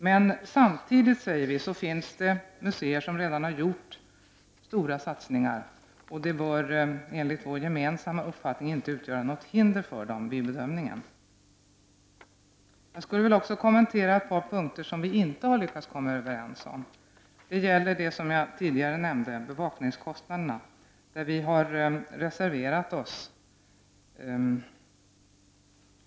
Men vi uttalar samtidigt att det finns museer som redan gjort stora satsningar, och det bör enligt vår gemensamma uppfattning inte utgöra något hinder för dem vid bedömningen. Jag vill också kommentera ett par punkter som vi inte lyckats komma överens om. Det gäller, som jag tidigare nämnde, museernas bevakningskostnader, där vi har reserverat oss.